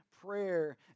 prayer